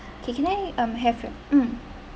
okay can I um have you mm